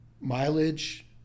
mileage